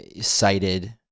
cited